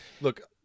look